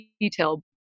detail